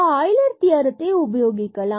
Euler தியரத்தை உபயோகிக்கலாம்